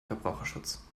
verbraucherschutz